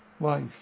life